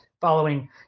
following